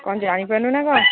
କ'ଣ ଜଣିପାରୁୁନୁ ନା କ'ଣ